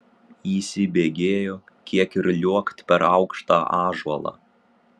įsibėgėjo kiek ir liuokt per aukštą ąžuolą